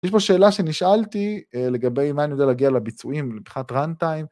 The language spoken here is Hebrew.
יש פה שאלה שנשאלתי לגבי מה אני יודע להגיד לביצועים, מבחינת run time.